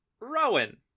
Rowan